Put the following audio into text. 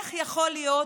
איך יכול להיות